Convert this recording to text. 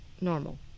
normal